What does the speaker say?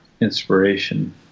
inspiration